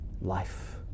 life